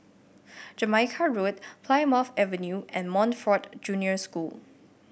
Jamaica Road Plymouth Avenue and Montfort Junior School